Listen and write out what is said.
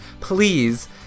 please